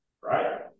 right